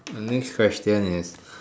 the next question is